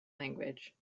language